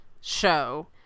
show